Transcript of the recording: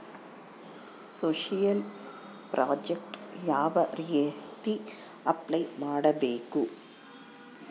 Social project ಯಾವ ರೇತಿ apply ಮಾಡಬೇಕು?